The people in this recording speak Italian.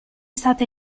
stata